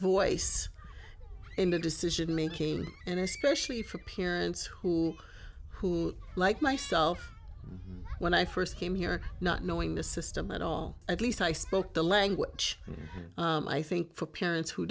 voice in the decision making and especially for parents who who like myself when i first came here not knowing the system at all at least i spoke the language i think for parents who